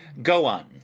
go on!